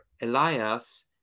Elias